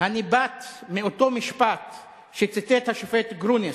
הניבט מאותו משפט שציטט השופט גרוניס,